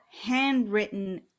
handwritten